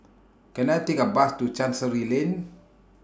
Can I Take A Bus to Chancery Lane